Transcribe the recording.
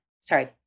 Sorry